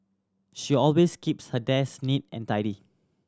she always keeps her desk neat and tidy